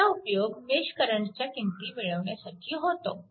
त्याचा उपयोग मेश करंटच्या किंमती मिळवण्यासाठी होतो